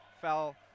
fell